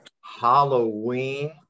Halloween